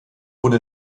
wurde